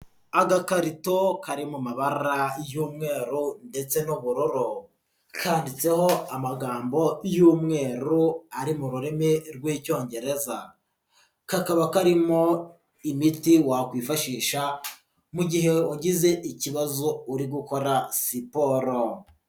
Agakarito kari mu mabara y'umweru ndetse n'ubururu, kanditseho amagambo y'umweru ari mu rurimi rw'Icyongereza, kakaba karimo imiti wakwifashisha mu gihe wagize ikibazo uri gukora siporo.